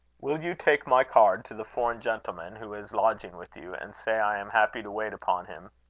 will you take my card to the foreign gentleman who is lodging with you, and say i am happy to wait upon him?